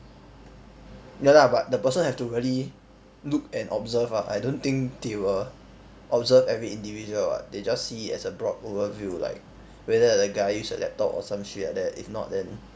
ya lah but the person have to really look and observe ah I don't think they will observe every individual [what] they just see it as a broad overview like whether that guy use a laptop or some shit like that if not then